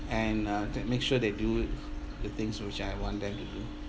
and uh that make sure they do the things which I want them to do